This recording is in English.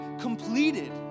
completed